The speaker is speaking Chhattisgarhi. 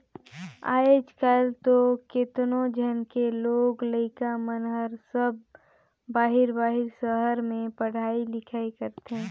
आयज कायल तो केतनो झन के लोग लइका मन हर सब बाहिर बाहिर सहर में पढ़ई लिखई करथे